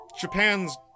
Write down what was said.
Japan's